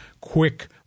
quick